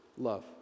Love